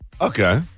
Okay